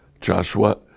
Joshua